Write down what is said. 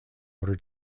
order